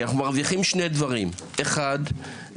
כי אנחנו מרוויחים שני דברים: אחד זה